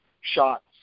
shots